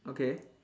okay